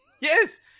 Yes